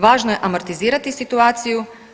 Važno je amortizirati situaciju.